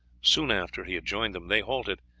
soon after he had joined them they halted,